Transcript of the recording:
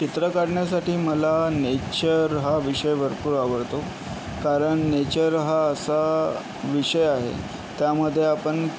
चित्र काढण्यासाठी मला नेचर हा विषय भरपूर आवडतो कारण नेचर हा असा विषय आहे त्यामध्ये आपण